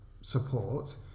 support